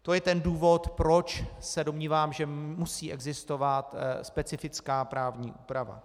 To je ten důvod, proč se domnívám, že musí existovat specifická právní úprava.